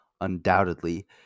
Undoubtedly